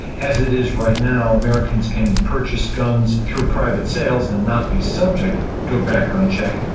as it is right now, americans can purchase guns through private sales and not be subject to a background check,